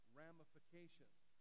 ramifications